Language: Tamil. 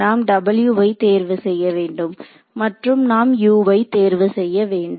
நாம் w வை தேர்வு செய்ய வேண்டும் மற்றும் நாம் u வை தேர்வு செய்ய வேண்டும்